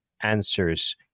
answers